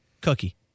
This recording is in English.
cookie